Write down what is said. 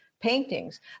paintings